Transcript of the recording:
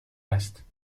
است